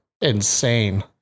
insane